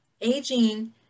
aging